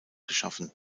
geschaffen